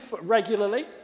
regularly